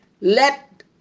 Let